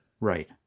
Right